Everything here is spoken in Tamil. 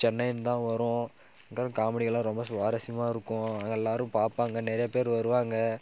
சென்னைன்னு தான் வரும் அங்கே இருக்க காமெடியெல்லான் ரொம்ப சுவாரஸ்யமாக இருக்கும் அங்கே எல்லாரும் பார்ப்பாங்க நிறைய பேர் வருவாங்க